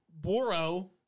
Boro